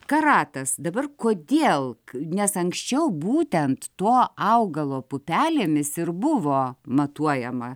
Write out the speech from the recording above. karatas dabar kodėl nes anksčiau būtent to augalo pupelėmis ir buvo matuojama